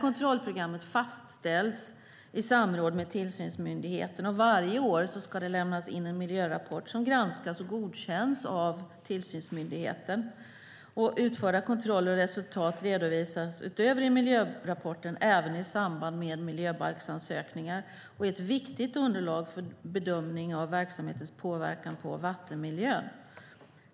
Kontrollprogrammet fastställs i samråd med tillsynsmyndigheten, och varje år ska det lämnas in en miljörapport som granskas och godkänns av tillsynsmyndigheten. Utförda kontroller och resultaten redovisas utöver i miljörapporten även i samband med miljöansökningar och är ett viktigt underlag för bedömning av verksamhetens påverkan på vattenmiljön.